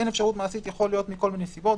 כשאין אפשרות מעשית זה יכול להיות מכל מיני סיבות,